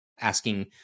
asking